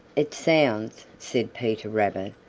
it sounds, said peter rabbit,